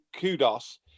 kudos